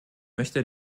möchte